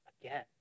again